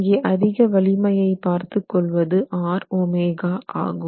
இங்கே அதிக வலிமையை பார்த்துக் கொள்வது RΩ ஆகும்